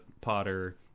Potter